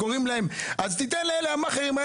אז תיתן למאכרים,